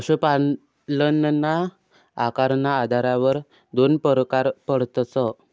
पशुपालनना आकारना आधारवर दोन परकार पडतस